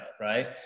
right